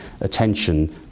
attention